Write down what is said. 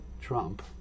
Trump